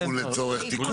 לא, עדכון לצורך פרסום.